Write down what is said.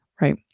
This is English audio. right